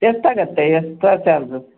ಎಷ್ಟಾಗುತ್ತೆ extra charge